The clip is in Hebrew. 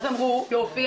אמרו יופי,